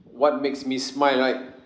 what makes me smile right